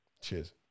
Cheers